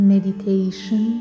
meditation